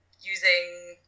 using